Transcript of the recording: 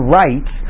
rights